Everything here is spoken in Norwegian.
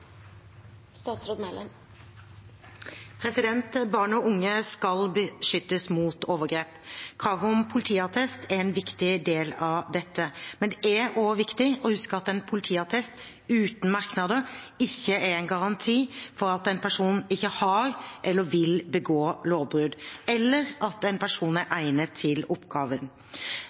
Barn og unge skal beskyttes mot overgrep. Krav om politiattest er en viktig del av dette, men det er også viktig å huske at en politiattest uten merknader ikke er en garanti for at en person ikke har begått eller vil begå lovbrudd, eller at en person er egnet til oppgaven.